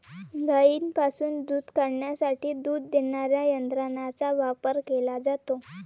गायींपासून दूध काढण्यासाठी दूध देणाऱ्या यंत्रांचा वापर केला जातो